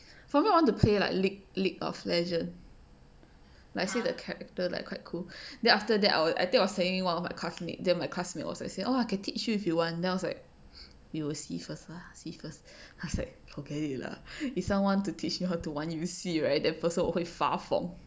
for me I want to play like lea~ lea~ league of legends like see the character like quite cool then after that I will I think I was saying one of my classmate then my classmate was I say oh I can teach you if you want then I was like we will see first ah see first class like forget it lah if someone to teach me how to 玩游戏 right the person 会发疯